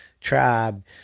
tribe